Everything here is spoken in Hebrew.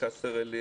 קאסר אל-